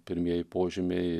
pirmieji požymiai